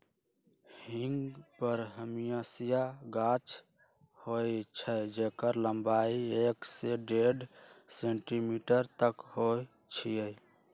हींग बरहमसिया गाछ होइ छइ जेकर लम्बाई एक से डेढ़ सेंटीमीटर तक होइ छइ